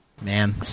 Man